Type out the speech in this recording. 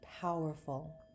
powerful